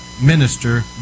minister